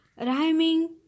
rhyming